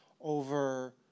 over